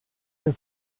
der